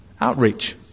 outreach